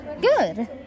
good